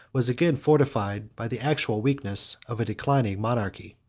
was again fortified by the actual weakness of a declining monarchy.